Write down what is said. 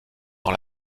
dans